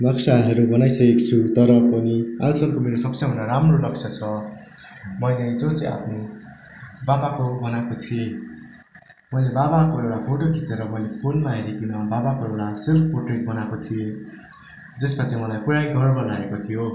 नक्साहरू बनाइसकेको छु तर पनि आजको मेरो सबैभन्दा राम्रो नक्सा छ मैले जो चाहिँ आफ्नो बाबाको बनाएको थिएँ मैले बाबाको एउटा फोटो खिँचेर मैले फोनमा हेरीकन बाबाको एउटा सेल्फ पोट्रेट बनाएको थिएँ जसमा चाहिँ मलाई पूरै गर्व लागेको थियो